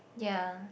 ya